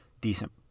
decent